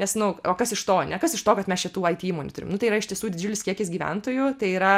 nes nu o kas iš to ane kas iš to kad mes čia tų it įmonių turim nu tai yra iš tiesų didžiulis kiekis gyventojų tai yra